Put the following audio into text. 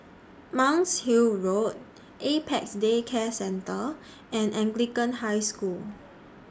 Monk's Hill Road Apex Day Care Centre and Anglican High School